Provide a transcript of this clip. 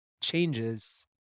changes